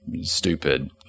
stupid